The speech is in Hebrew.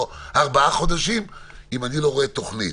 ארבעה חודשים אם אני לא רואה תוכנית.